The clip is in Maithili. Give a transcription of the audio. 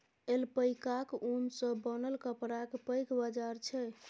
ऐल्पैकाक ऊन सँ बनल कपड़ाक पैघ बाजार छै